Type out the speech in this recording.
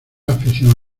afición